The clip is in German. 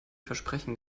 versprechen